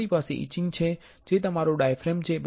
તમારી પાસે ઇચિંગ છે જે તમારો ડાયાફ્રેમ છે બરાબર